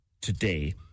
today